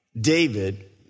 David